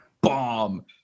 bomb